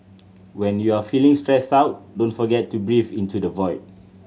when you are feeling stressed out don't forget to breathe into the void